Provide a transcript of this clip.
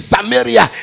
Samaria